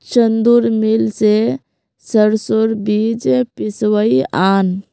चंदूर मिल स सरसोर बीज पिसवइ आन